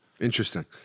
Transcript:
Interesting